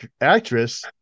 actress